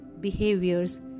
behaviors